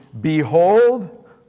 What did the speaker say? Behold